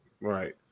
Right